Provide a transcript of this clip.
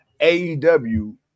AEW